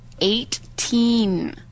Eighteen